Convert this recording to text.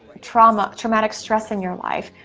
traumatic traumatic stress in your life.